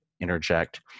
interject